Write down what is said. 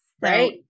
Right